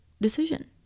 decision